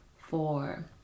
four